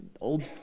old